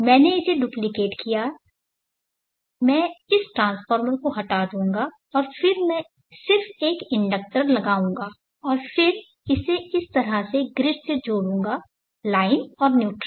मैंने इसे डुप्लिकेट किया है मैं इस ट्रांसफार्मर को हटा दूंगा और फिर मैं सिर्फ एक इंडक्टर लगाऊंगा और फिर इसे इस तरह से ग्रिड से जोड़ूंगा लाइन और न्यूट्रल